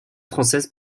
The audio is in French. françaises